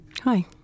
Hi